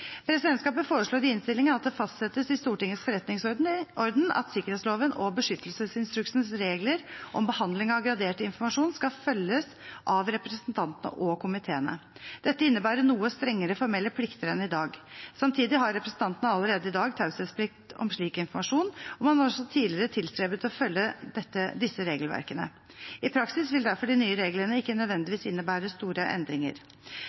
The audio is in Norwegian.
Presidentskapet foreslår i innstillingen at det fastsettes i Stortingets forretningsorden at sikkerhetsloven og beskyttelsesinstruksens regler om behandling av gradert informasjon skal følges av representantene og komiteene. Dette innebærer noe strengere formelle plikter enn i dag. Samtidig har representantene allerede i dag taushetsplikt om slik informasjon, og man har også tidligere tilstrebet å følge disse regelverkene. I praksis vil derfor de nye reglene ikke nødvendigvis innebære store endringer.